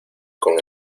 con